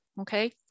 Okay